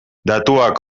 datuak